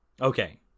okay